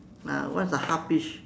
ah one's a half peach